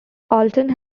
alton